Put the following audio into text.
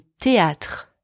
théâtre